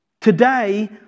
Today